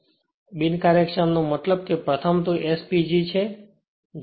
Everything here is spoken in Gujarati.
અને બિનકાર્યક્ષમ નો મતલબ કે પ્રથમ તો S PG છે